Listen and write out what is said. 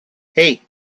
hey